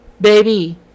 baby